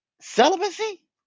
celibacy